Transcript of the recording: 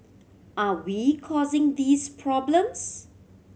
are we causing these problems